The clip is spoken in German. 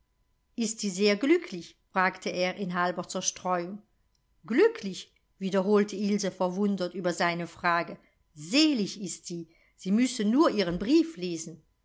ist sie sehr glücklich fragte er in halber zerstreuung glücklich wiederholte ilse verwundert über seine frage selig ist sie sie müssen nur ihren brief lesen